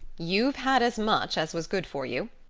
you've had as much as was good for you,